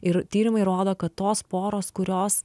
ir tyrimai rodo kad tos poros kurios